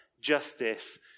justice